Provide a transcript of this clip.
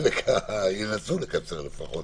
ינסו לקצר לפחות